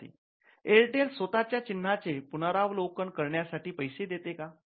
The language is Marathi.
विद्यार्थी एअरटेल स्वतःच्या चिन्हाचे पुनरावलोकन करण्यासाठी पैसे देते का